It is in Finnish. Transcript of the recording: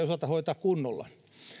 osata hoitaa kunnolla